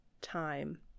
time